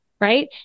right